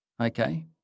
okay